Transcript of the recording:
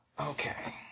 Okay